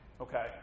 Okay